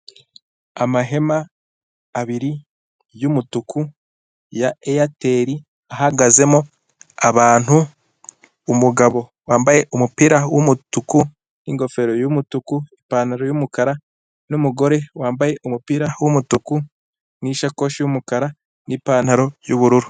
Amahema abiri y'umutuku ya eyateli ahagazemo abantu, umugabo wambaye umupira w'umutuku n'ingofero y'umutuku ipantaro y'umukara n'umugore wambaye umupira w'umutuku n'ishakoshi y'umukara n'ipantaro y'ubururu.